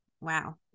Wow